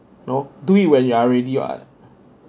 no do you when you are ready what